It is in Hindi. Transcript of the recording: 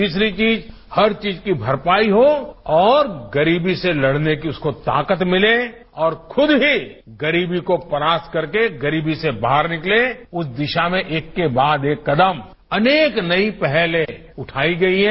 तीसरी चीज हर चीज की भरपाई हो और गरीबी से लड़ने की उसको ताकत मिले और खूद ही गरीबी को परास्त करके गरीबी से बाहर निकले उस दिशा में एक के बाद एक कदम अनेक नई पहलें उठाई गई है